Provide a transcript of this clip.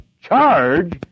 charge